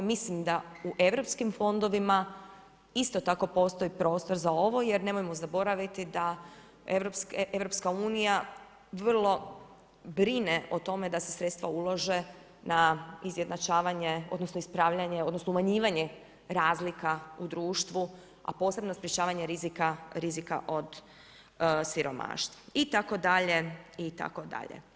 Mislim da u EU fondovima isto tako postoji prostor za ovo jer nemojmo zaboraviti da EU vrlo brine o tome da se sredstva ulože na izjednačavanje odnosno ispravljanje odnosno umanjivanje razlika u društvu, a posebno sprečavanje rizika od siromaštva itd., itd.